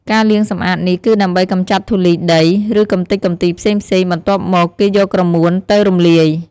ការលាងសម្អាតនេះគឺដើម្បីកម្ចាត់ធូលីដី ឬកំទេចកំទីផ្សេងៗបន្ទាប់មក គេយកក្រមួនទៅរំលាយ។